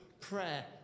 prayer